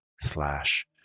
slash